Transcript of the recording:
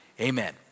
amen